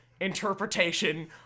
interpretation